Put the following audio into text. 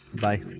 Bye